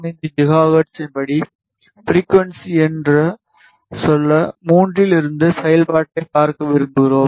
05 ஜிகாஹெர்ட்ஸின் படி ஃப்ரிகுவன்ஸி என்று சொல்ல 3 இலிருந்து செயல்பாட்டைப் பார்க்க விரும்புகிறோம்